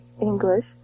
English